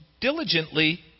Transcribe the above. diligently